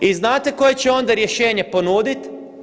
I znate koje će onda rješenje ponuditi?